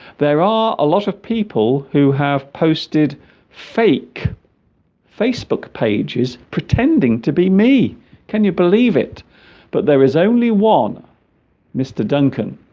there are a lot of people who have posted fake facebook pages pretending to be me can you believe it but there is only one mr. duncan